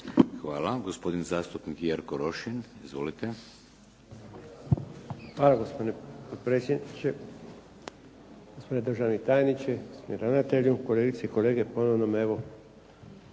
Hvala. Gospodin zastupnik Jerko Rošin. Izvolite. **Rošin, Jerko (HDZ)** Hvala. Gospodine potpredsjedniče, gospodine državni tajniče, gospodine ravnatelju, kolegice i kolege. Ponovno me